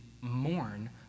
mourn